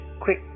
quick